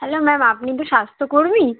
hello ma'am আপনি তো স্বাস্থ কর্মী